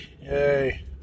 Yay